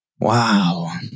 Wow